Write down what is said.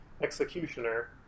Executioner